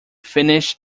finnish